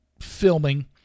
filming